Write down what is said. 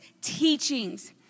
teachings